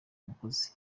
mukozi